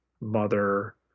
mother